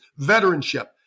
veteranship